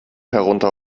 herunter